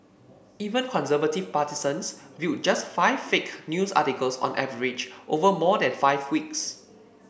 even conservative partisans viewed just five fake news articles on average over more than five weeks